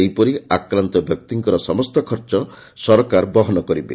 ସେହିପରି ଆକ୍ରାନ୍ତ ବ୍ୟକ୍ତିଙ୍କର ସମସ୍ତ ଚିକିସା ଖର୍ଚ ସରକାର ବହନ କରିବେ